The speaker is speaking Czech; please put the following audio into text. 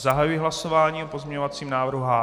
Zahajuji hlasování o pozměňovacím návrhu H2.